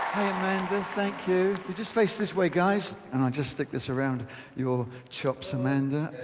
mango, thank you. we just face this way guys and i just stick this around your chops amanda.